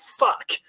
fuck